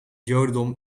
jodendom